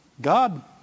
God